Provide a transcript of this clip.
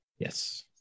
Yes